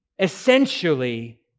essentially